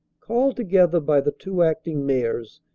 called together by the two acting-mayors,